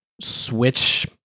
switch